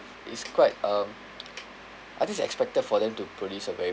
is quite um I think it's expected for them to produce a very